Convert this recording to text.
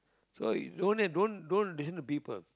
so you don't and don't don't listen to people